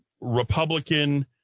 Republican